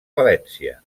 valència